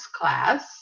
class